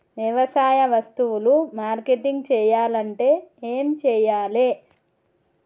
వ్యవసాయ వస్తువులు మార్కెటింగ్ చెయ్యాలంటే ఏం చెయ్యాలే?